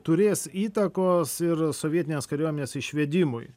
turės įtakos ir sovietinės kariuomenės išvedimui